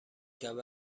کرد